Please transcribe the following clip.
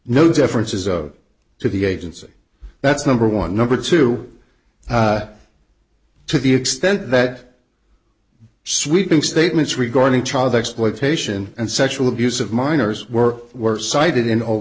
no differences of to the agency that's number one number two to the extent that sweeping statements regarding child exploitation and sexual abuse of minors were were cited in